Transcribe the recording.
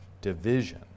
division